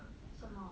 什么